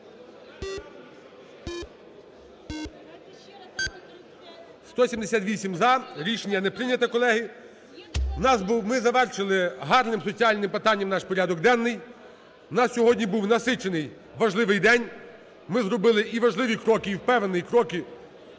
За-178 Рішення не прийняте. Колеги, в нас був, ми завершили гарним соціальним питанням наш порядок денний. В нас сьогодні був насичений важливий день, ми зробили і важливі кроки, і, впевнений, кроки